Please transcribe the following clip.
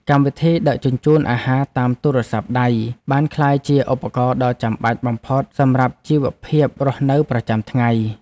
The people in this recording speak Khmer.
កម្មវិធីដឹកជញ្ជូនអាហារតាមទូរស័ព្ទដៃបានក្លាយជាឧបករណ៍ដ៏ចាំបាច់បំផុតសម្រាប់ជីវភាពរស់នៅប្រចាំថ្ងៃ។